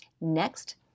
Next